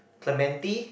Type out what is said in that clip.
Clementi